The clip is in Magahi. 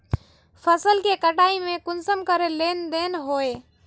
फसल के कटाई में कुंसम करे लेन देन होए?